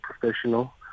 professional